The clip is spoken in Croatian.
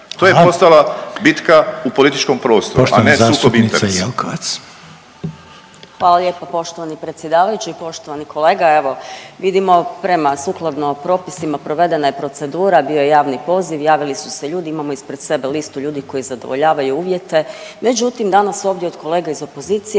Jelkovac. **Jelkovac, Marija (HDZ)** Hvala lijepo poštovani predsjedavajući. Poštovani kolega evo vidimo prema sukladno propisima provedena je procedura, bio je javni poziv, javili su se ljudi, imamo ispred sebe listu ljudi koji zadovoljavaju uvjete, međutim danas ovdje od kolege iz opozicije